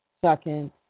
second